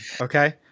okay